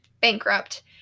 bankrupt